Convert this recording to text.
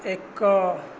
ଏକ